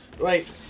Right